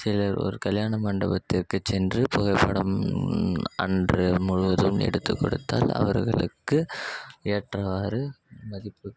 சிலர் ஒரு கல்யாண மண்டபத்திற்கு சென்று புகைப்படம் அன்று முழுவதும் எடுத்துக் கொடுத்தால் அவர்களுக்கு ஏற்றவாறு மதிப்பு